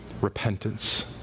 repentance